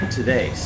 today